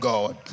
God